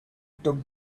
took